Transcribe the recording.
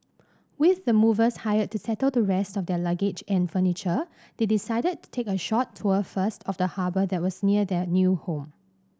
with the movers hired to settle the rest of their luggage and furniture they decided to take a short tour first of the harbour that was near their new home